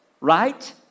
right